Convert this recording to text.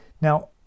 now